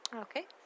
Okay